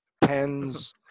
pens